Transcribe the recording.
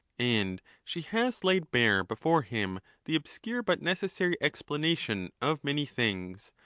and she has laid bare before him the obscure but necessary explanation of many things,